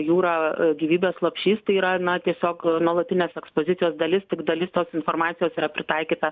jūra gyvybės lopšys tai yra na tiesiog nuolatinės ekspozicijos dalis tik dalis tos informacijos yra pritaikyta